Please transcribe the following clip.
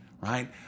right